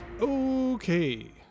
okay